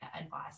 advice